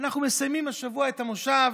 אנחנו מסיימים השבוע את המושב